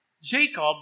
Jacob